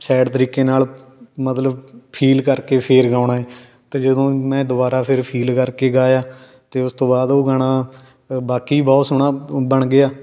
sad ਤਰੀਕੇ ਨਾਲ ਮਤਲਬ ਫੀਲ ਕਰਕੇ ਫਿਰ ਗਾਉਣਾ ਅਤੇ ਜਦੋਂ ਮੈਂ ਦੁਬਾਰਾ ਫਿਰ ਫੀਲ ਕਰਕੇ ਗਾਇਆ ਅਤੇ ਉਸ ਤੋਂ ਬਾਅਦ ਉਹ ਗਾਣਾ ਬਾਕਈ ਬਹੁਤ ਸੋਹਣਾ ਬ ਬਣ ਗਿਆ